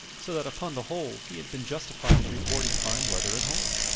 so that upon the whole he had been justified in reporting fine weather at home.